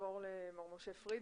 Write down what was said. נעבור למר משה פרידמן,